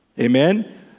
Amen